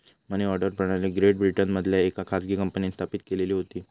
मनी order प्रणाली great ब्रिटनमधल्या येका खाजगी कंपनींन स्थापित केलेली होती